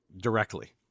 directly